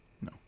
No